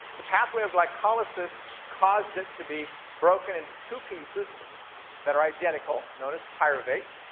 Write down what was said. the pathway of glycolysis causes it to be broken into two pieces that are identical, known as pyruvate.